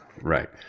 Right